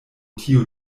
tiu